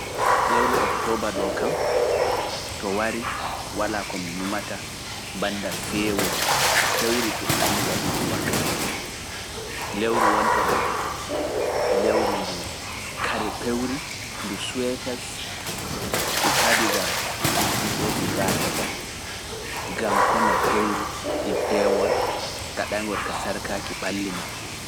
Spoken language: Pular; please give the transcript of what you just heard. Lewru oktooba ɗo kam, to wari walaa ko minumata bannda feewol pewri puɗaani waɗugo wakkati ɗo. Lewru wonta ɗo, lewru ndu kare pewri ndu suweetas e kadigas ɗum himbeeji ngaatata, gam kona pewri e peewol gaɗangol ka sarkaaki ɓalli maɓɓe.